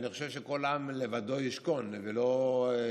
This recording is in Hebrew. אני חושב שכל עם לבדו ישכון, ולא,